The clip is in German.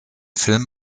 film